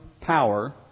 power